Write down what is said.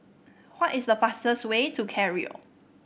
what is the fastest way to Cairo